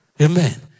Amen